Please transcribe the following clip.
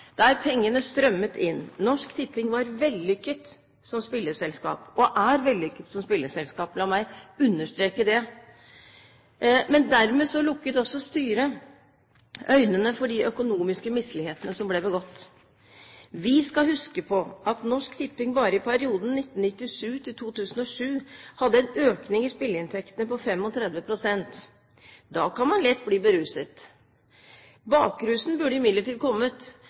der pengene strømmet inn. Norsk Tipping var vellykket som spillselskap – og er vellykket som spillselskap, la meg understreke det. Men dermed lukket også styret øynene for de økonomiske mislighetene som ble begått. Vi skal huske på at Norsk Tipping bare i perioden 1997–2007 hadde en økning i spilleinntektene på 35 pst. Da kan man lett bli beruset. Bakrusen burde imidlertid ha kommet